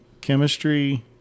chemistry